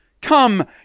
Come